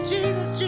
Jesus